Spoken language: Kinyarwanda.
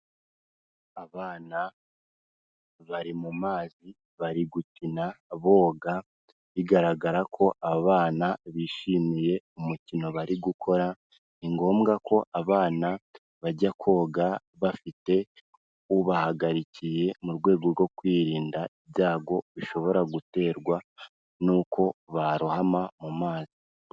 Abana bari mu mazi bari gukina boga bigaragara ko aba bana bishimiye umukino bari gukora, ni ngombwa ko abana bajya koga bafite ubahagarikiye mu rwego rwo kwirinda ibyago bishobora guterwa n'uko barohama mu mazi.